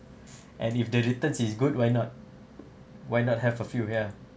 and if the return is good why not why not have a few yeah